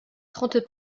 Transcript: trente